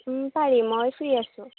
পাৰি মই ফ্ৰি আছোঁ